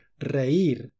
reír